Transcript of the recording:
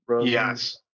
Yes